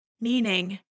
Meaning